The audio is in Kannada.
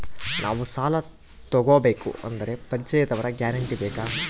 ನಾವು ಸಾಲ ತೋಗಬೇಕು ಅಂದರೆ ಪರಿಚಯದವರ ಗ್ಯಾರಂಟಿ ಬೇಕಾ?